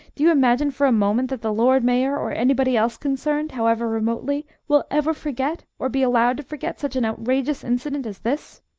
do you imagine for a moment that the lord mayor, or anybody else concerned, however remotely, will ever forget, or be allowed to forget, such an outrageous incident as this?